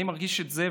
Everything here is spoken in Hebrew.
אני מרגיש את זה,